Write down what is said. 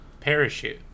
Parachute